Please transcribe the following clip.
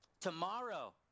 Tomorrow